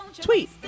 tweet